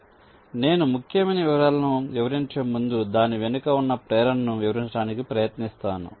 కాబట్టి నేను ముఖ్యమైన వివరాలను వివరించే ముందు దాని వెనుక ఉన్న ప్రేరణను వివరించడానికి ప్రయత్నిస్తాను